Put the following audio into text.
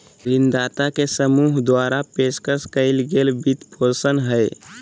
ऋणदाता के समूह द्वारा पेशकश कइल गेल वित्तपोषण हइ